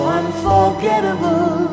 unforgettable